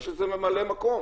יש איזה ממלא מקום.